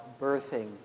birthing